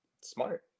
Smart